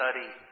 study